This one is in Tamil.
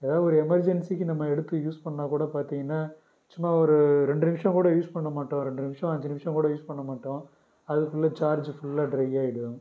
ஏதாவது ஒரு எமர்ஜென்சிக்கு நம்ம எடுத்து யூஸ் பண்ணால் கூட பார்த்தீங்கன்னா சும்மா ஒரு ரெண்டு நிமிஷம் கூட யூஸ் பண்ண மாட்டோம் ரெண்டு நிமிஷம் அஞ்சு நிமிஷம் கூட யூஸ் பண்ண மாட்டோம் அதுக்குள்ள சார்ஜ் ஃபுல்லா டிரை ஆகிடும்